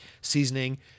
seasoning